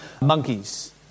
monkeys